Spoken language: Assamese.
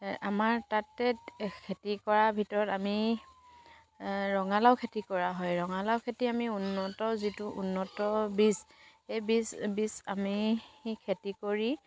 আমাৰ তাতে খেতি কৰাৰ ভিতৰত আমি ৰঙালাও খেতি কৰা হয় ৰঙালাও খেতি আমি উন্নত যিটো উন্নত বীজ এই বীজ বীজ আমি খেতি কৰি